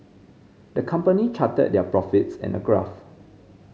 the company charted their profits in a graph